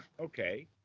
Okay